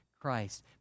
Christ